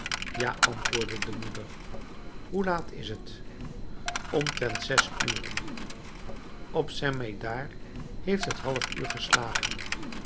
ja antwoordde de moeder hoe laat is het omtrent zes uren op st medard heeft het halfuur geslagen